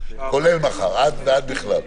מחר ועד בכלל.